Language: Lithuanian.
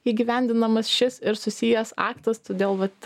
įgyvendinamas šis ir susijęs aktas todėl vat